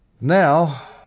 Now